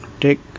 take